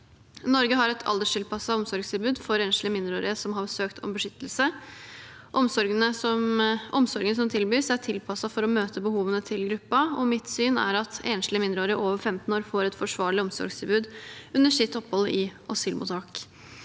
Norge har et alderstilpasset omsorgstilbud for enslige mindreårige som har søkt om beskyttelse. Omsorgen som tilbys, er tilpasset for å møte behovene til gruppen, og mitt syn er at enslige mindreårige over 15 år får et forsvarlig omsorgstilbud under sitt opphold i asylmottak.